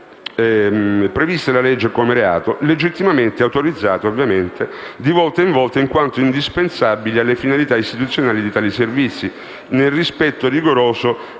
previste dalla legge come reato legittimamente autorizzate di volta in volta in quanto indispensabili alle finalità istituzionali di tali servizi, nel rispetto rigoroso